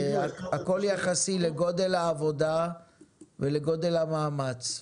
והכל יחסי לגודל העבודה ולגודל המאמץ.